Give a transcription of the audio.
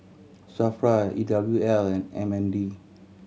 SAFRA E W L and M N D